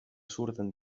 surten